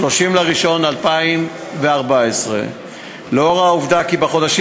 30 בינואר 2014. לאור העובדה כי בחודשים